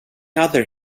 other